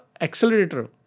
accelerator